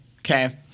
Okay